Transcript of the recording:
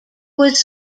was